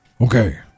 Okay